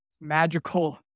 magical